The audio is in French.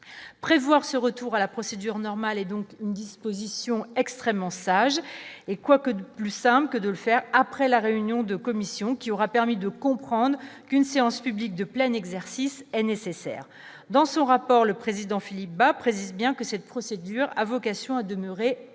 prévoir ce retour à la procédure normale et donc une disposition extrêmement sage et, quoique de plus simple que de le faire après la réunion de commission qui aura permis de comprendre qu'une séance publique de pleine exercice est nécessaire dans son rapport le président Philippe Bas précise bien que cette procédure a vocation à demeurer